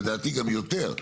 לדעתי כבר יותר,